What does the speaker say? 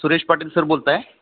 Suresh Patil sir बोलताय